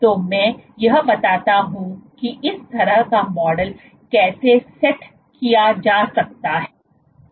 तो मैं यह बताता हूं कि इस तरह का मॉडल कैसे सेट किया जा सकता है